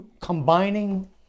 combining